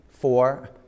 four